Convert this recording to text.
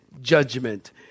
judgment